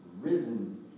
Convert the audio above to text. risen